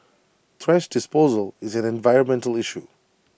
trash disposal is an environmental issue